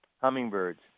hummingbirds